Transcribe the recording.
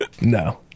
no